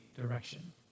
direction